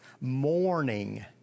mourning